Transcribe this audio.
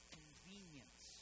convenience